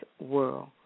world